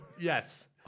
Yes